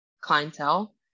clientele